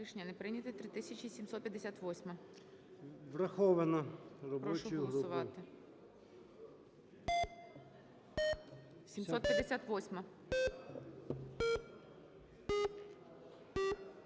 Врахована робочою групою.